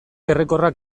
errekorrak